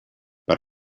per